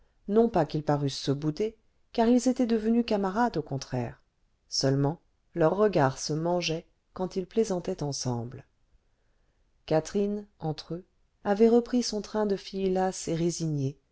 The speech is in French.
non pas qu'ils parussent se bouder car ils étaient devenus camarades au contraire seulement leurs regards se mangeaient quand ils plaisantaient ensemble catherine entre eux avait repris son train de fille lasse et résignée